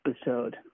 episode